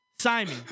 Simon